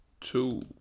two